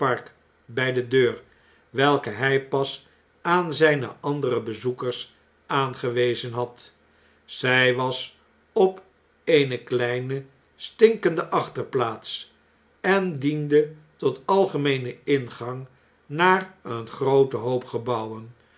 bn de deur welke hn pas aan zgne andere bezoekers aangewezen had zij was op eene kleine stinkende achterplaats en diende tot algemeenen ingang naar een grooten hoop gebouwen